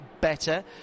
better